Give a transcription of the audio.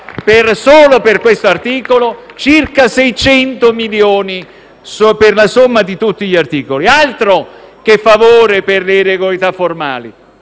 solo per questo articolo, mentre circa 600 milioni per la somma di tutti gli articoli. Altro che favore per le irregolarità formali!